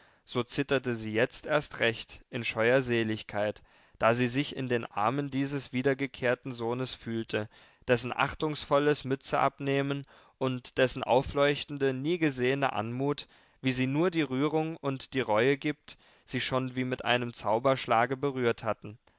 so zitterte sie jetzt erst recht in scheuer seligkeit da sie sich in den armen dieses wiedergekehrten sohnes fühlte dessen achtungsvolles mützenabnehmen und dessen aufleuchtende nie gesehene anmut wie sie nur die rührung und die reue gibt sie schon wie mit einem zauberschlage berührt hatten